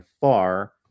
far